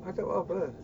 I tak buat apa-apa